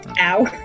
ow